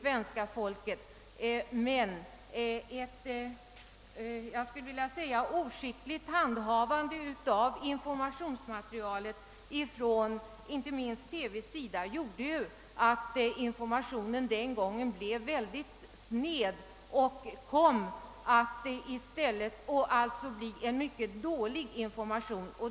Men ett skulle jag vilja säga — oskickligt handhavande av informationsmaterialet inte minst av TV gjorde att informationen den gången blev väldigt sned och kom att bli en mycket dålig information.